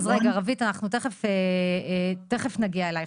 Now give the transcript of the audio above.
אז רגע רווית, אנחנו תיכף נגיע אליך.